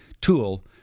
tool